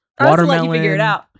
Watermelon